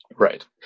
Right